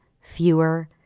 fewer